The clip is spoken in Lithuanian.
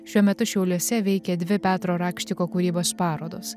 šiuo metu šiauliuose veikia dvi petro rakštiko kūrybos parodos